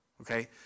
Okay